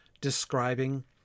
describing